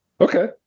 Okay